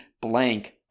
Blank